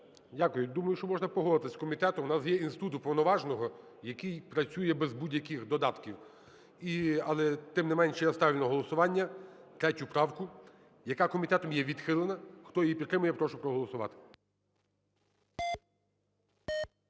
Дякую. Думаю, можна погодитись з комітетом. У нас є інститут уповноваженого, який працює без будь-яких додатків. Але, тим не менше, я ставлю на голосування третю правку, яка комітетом є відхилена. Хто її підтримує, прошу проголосувати.